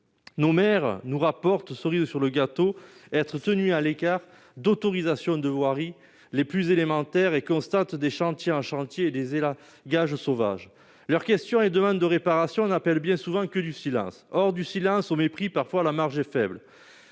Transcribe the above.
nos mères nous rapporte cerise sur le gâteau, être tenu à l'écart d'autorisation de voirie les plus élémentaires et constate des chantiers, un chantier et des et gages sauvage leurs questions et demandes de réparation, on appelle bien souvent que du silence hors du silence au mépris parfois à la marge est faible,